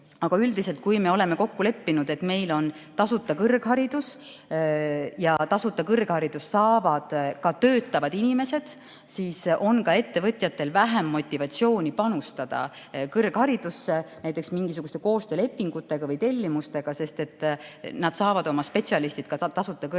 Aga üldiselt, kui me oleme kokku leppinud, et meil on tasuta kõrgharidus ja tasuta kõrgharidust saavad ka töötavad inimesed, siis on ka ettevõtjatel vähem motivatsiooni panustada kõrgharidusse, näiteks mingisuguste koostöölepingute või tellimustega, sest nad saavad oma spetsialistid ka tasuta kõrgharidusest